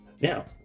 Now